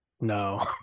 No